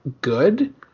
good